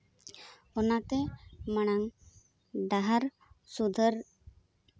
ᱚᱱᱟᱛᱮ ᱢᱟᱲᱟᱝ ᱰᱟᱦᱟᱨ ᱥᱩᱫᱷᱟᱹᱨ